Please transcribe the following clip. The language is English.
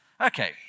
Okay